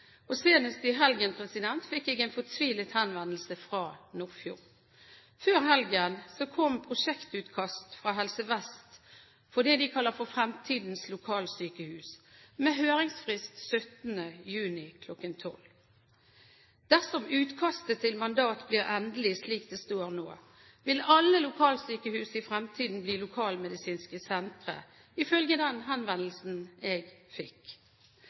eksempel. Senest i helgen fikk jeg en fortvilet henvendelse fra Nordfjord. Før helgen kom prosjektutkast fra Helse Vest for det de kaller Fremtidens lokalsykehus – med høringsfrist 17. juni kl. 12. Dersom utkastet til mandat blir endelig slik det står nå, vil alle lokalsykehus i fremtiden bli lokalmedisinske sentre, ifølge den henvendelsen jeg fikk.